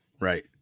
Right